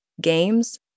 games